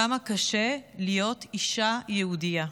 כמה קשה להיות אישה יהודייה,